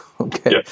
Okay